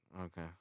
Okay